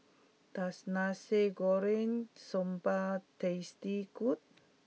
does Nasi Goreng Sambal taste good